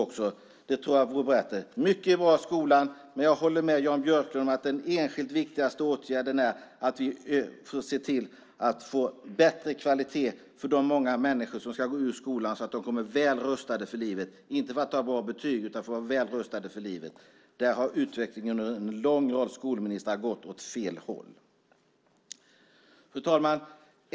Mycket är bra i skolan, men jag håller med Jan Björklund om att den enskilt viktigaste åtgärden är att se till att få bättre kvalitet för de många människor som ska gå ur skolan så att de kommer väl rustade för livet - inte för att ha bra betyg, utan för att vara väl rustade för livet. Där har utvecklingen under en lång rad skolministrar gått åt fel håll. Fru talman!